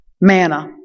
manna